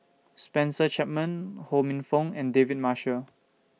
Spencer Chapman Ho Minfong and David Marshall